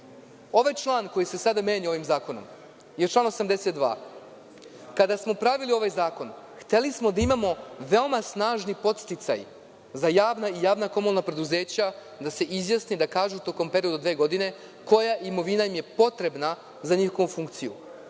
Ovaj član, koji se sada menja ovim zakonom, je član 82. Kada smo pravili ovaj zakon, hteli smo da imamo veoma snažni podsticaj za javna i javna komunalna preduzeća, da se izjasne i da kažu tokom perioda od dve godine – koja imovina im je potrebna za njihovu funkciju.